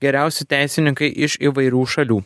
geriausi teisininkai iš įvairių šalių